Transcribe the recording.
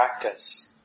practice